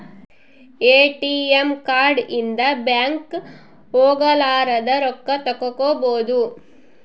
ATM card ಇಂದ bank ಹೋಗಲಾರದ ರೊಕ್ಕ ತಕ್ಕ್ಕೊಬೊದು